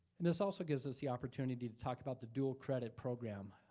and this also gives us the opportunity to talk about the dual credit program.